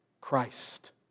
Christ